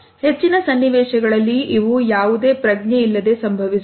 ಹೆಚ್ಚಿನ ಸನ್ನಿವೇಶಗಳಲ್ಲಿ ಇವು ಯಾವುದೇ ಪ್ರಜ್ಞೆ ಇಲ್ಲದೆ ಸಂಭವಿಸುತ್ತವೆ